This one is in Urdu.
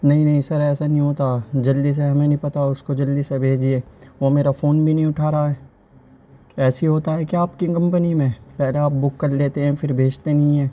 نہیں نہیں سر ایسا نہیں ہوتا جلدی سے ہمیں نہیں پتا اس کو جلدی سے بھیجیے وہ میرا فون بھی نہیں اٹھا رہا ہے ایسے ہی ہوتا ہے کیا آپ کی کمپنی میں پہلے آپ بک کر لیتے ہیں پھر بھیجتے نہیں ہیں